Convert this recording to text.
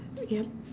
yup